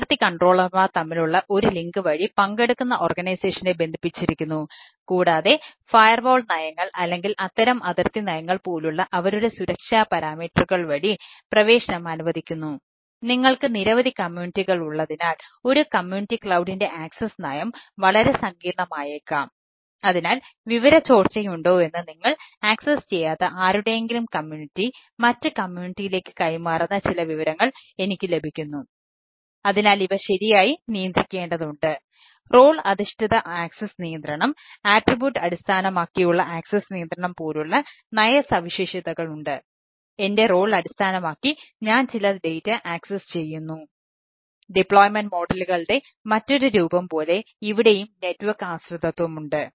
അതിർത്തി കൺട്രോളർമാർ ആശ്രയത്വമുണ്ട്